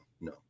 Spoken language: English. no